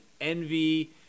envy